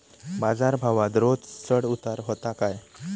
बाजार भावात रोज चढउतार व्हता काय?